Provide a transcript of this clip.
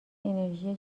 انرژی